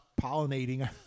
pollinating